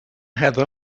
heather